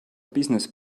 business